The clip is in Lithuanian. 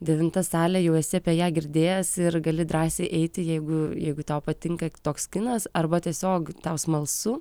devinta salė jau esi apie ją girdėjęs ir gali drąsiai eiti jeigu jeigu tau patinka toks kinas arba tiesiog tau smalsu